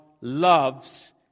loves